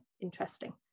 interesting